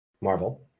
Marvel